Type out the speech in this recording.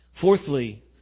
Fourthly